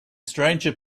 stranger